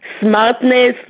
smartness